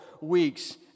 weeks